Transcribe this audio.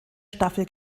staffel